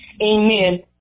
Amen